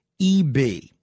EB